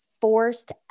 forced